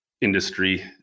industry